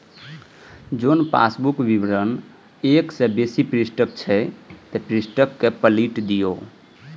जौं पासबुक विवरण एक सं बेसी पृष्ठक अछि, ते पृष्ठ कें पलटि दियौ